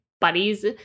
buddies